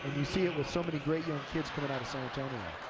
you see it with so many great young kids coming out of san antonio.